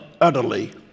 utterly